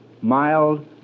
Mild